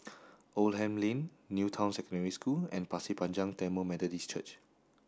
Oldham Lane New Town Secondary School and Pasir Panjang Tamil Methodist Church